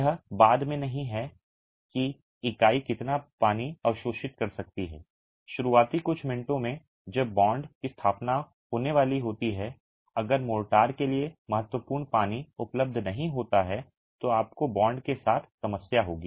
यह बाद में नहीं है कि इकाई कितना पानी अवशोषित कर सकती है शुरुआती कुछ मिनटों में जब बॉन्ड की स्थापना होने वाली होती है अगर मोर्टार के लिए महत्वपूर्ण पानी उपलब्ध नहीं होता है तो आपको बॉन्ड के साथ समस्या होगी